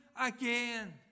again